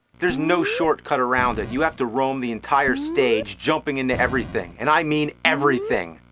there is no shortcut around it. you have to roam the entire stage jumping into everything, and i mean everything!